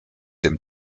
dem